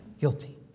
guilty